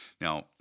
Now